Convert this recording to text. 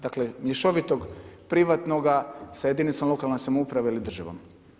Dakle, mješovitog privatnoga sa jedinicom lokalne samouprave ili državom.